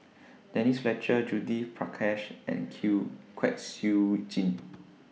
Denise Fletcher Judith Prakash and Q Kwek Siew Jin